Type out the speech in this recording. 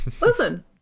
Listen